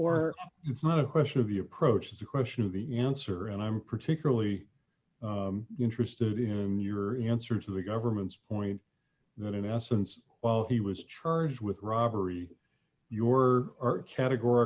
or it's not a question of you approach the question of the answer and i'm particularly interested in your answer to the government's point that in essence he was charged with robbery your categor